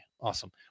Awesome